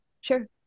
sure